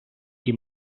qui